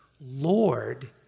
Lord